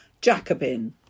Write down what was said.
Jacobin